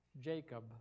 Jacob